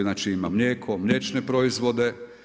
Znači ima mlijeko, mliječne proizvode.